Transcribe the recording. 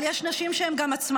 אבל יש גם נשים שהן עצמאיות,